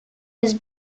his